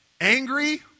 angry